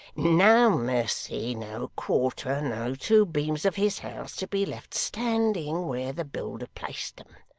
no mercy, no quarter, no two beams of his house to be left standing where the builder placed them!